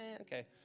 okay